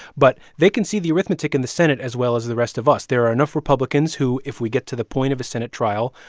but they can see the arithmetic in the senate as well as the rest of us. there are enough republicans who, if we get to the point of a senate trial,